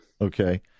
okay